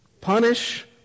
punish